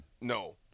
No